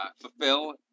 fulfill